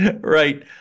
Right